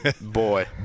boy